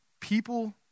People